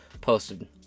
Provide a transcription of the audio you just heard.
posted